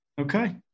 Okay